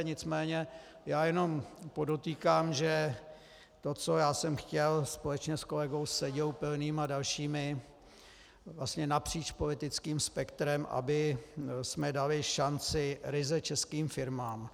Nicméně jenom podotýkám, že to, co já jsem chtěl společně s kolegou Seďou, Pilným a dalšími vlastně napříč politickým spektrem, abychom dali šanci ryze českým firmám.